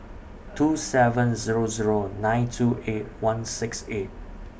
two seven Zero Zero nine two eight one six eight